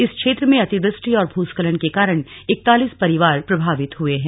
इस क्षेत्र में अतिवृष्टि और भूस्खलन के कारण इक्तालीस परिवार प्रभावित हुए हैं